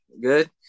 Good